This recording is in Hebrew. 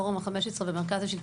פורום ה-15 במרכז השלטון.